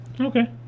Okay